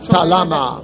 Talama